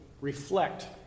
reflect